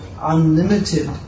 unlimited